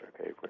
okay